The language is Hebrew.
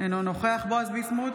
אינו נוכח בועז ביסמוט,